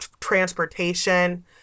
transportation